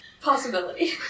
Possibility